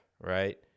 right